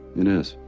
it is.